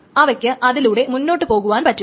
അവക്ക് അതിലുടെ മുന്നോട്ടു പൊക്കുവാൻ പറ്റും